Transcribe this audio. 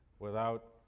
without